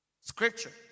scripture